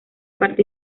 parte